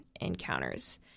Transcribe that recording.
encounters